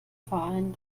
verein